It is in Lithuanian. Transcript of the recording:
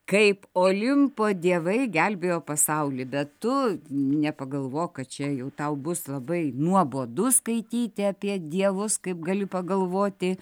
kaip olimpo dievai gelbėjo pasaulį bet tu nepagalvok kad čia jau tau bus labai nuobodu skaityti apie dievus kaip gali pagalvoti